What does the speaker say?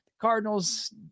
Cardinals